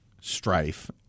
strife